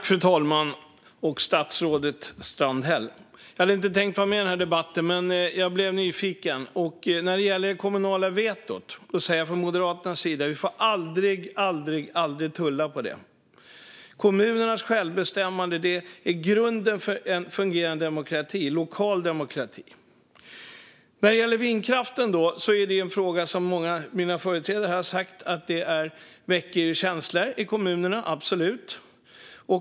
Fru talman och statsrådet Strandhäll! Jag hade inte tänkt att vara med i den här debatten, men jag blev nyfiken. När det gäller det kommunala vetot säger jag från Moderaternas sida att vi aldrig någonsin får tulla på det. Kommunernas självbestämmande är grunden för en fungerande lokal demokrati. Frågan om vindkraften är något som väcker känslor i kommunerna, vilket föregående talare också tog upp. Det gör det absolut.